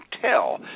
tell